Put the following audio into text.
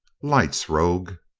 lights, rogue!